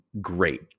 great